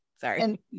Sorry